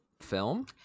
film